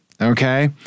Okay